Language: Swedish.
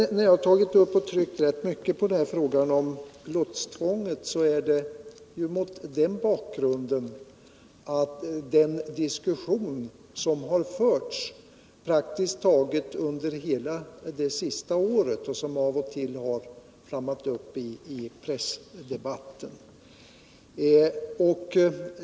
Att jag tryckt rätt mycket på frågan om lotstvånget beror på den diskussion som under praktiskt taget hela det senaste året av och till har flammat upp i pressen.